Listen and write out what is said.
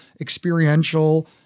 experiential